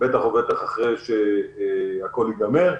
בטח ובטח אחרי שהכול ייגמר.